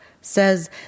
says